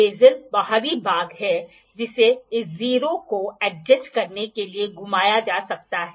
basal बाहरी भाग है जिसे इस 0 को समायोजित करने के लिए घुमाया जा सकता है